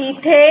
तिथे